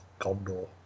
Gondor